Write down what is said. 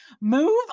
move